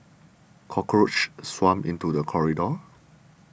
cockroaches swarmed into the corridor